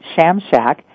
Shamshak